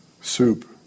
soup